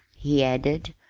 he added,